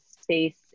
space